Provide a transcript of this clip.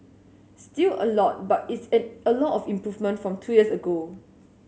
still a lot but it's an a lot of improvement from two years ago